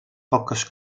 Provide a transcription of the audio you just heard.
poques